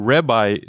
Rabbi